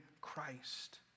Christ